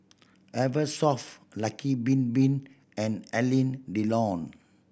Eversoft Lucky Bin Bin and Alain Delon